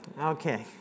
Okay